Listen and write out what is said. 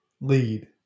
lead